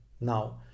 now